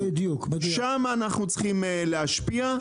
שם אנחנו צריכים להשפיע.